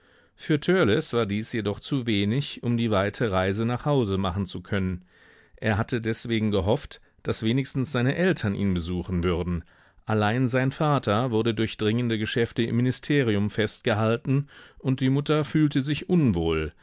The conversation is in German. für törleß war dies jedoch zu wenig um die weite reise nach hause machen zu können er hatte deswegen gehofft daß wenigstens seine eltern ihn besuchen würden allein sein vater wurde durch dringende geschäfte im ministerium festgehalten und die mutter fühlte sich unwohl